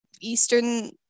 eastern